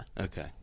Okay